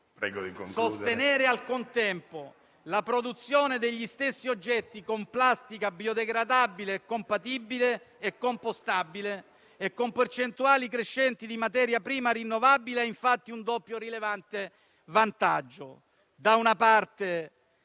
Sostenere al contempo la produzione degli stessi oggetti con plastica biodegradabile e compostabile e con percentuali crescenti di materia prima rinnovabile ha infatti un doppio rilevante vantaggio: